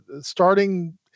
Starting